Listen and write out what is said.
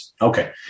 Okay